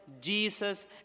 Jesus